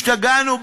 השתגענו.